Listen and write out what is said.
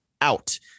out